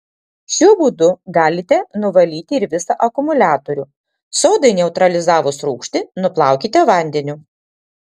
šiuo būdu galite nuvalyti ir visą akumuliatorių sodai neutralizavus rūgštį nuplaukite vandeniu